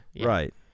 Right